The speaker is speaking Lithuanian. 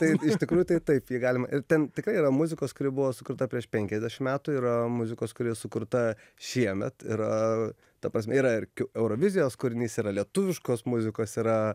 taip iš tikrųjų tai taip jį galima ir ten tikrai yra muzikos kuri buvo sukurta prieš penkiasdešim metų yra muzikos kuri sukurta šiemet yra ta prasme yra ir kiu eurovizijos kūrinys yra lietuviškos muzikos yra